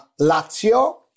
lazio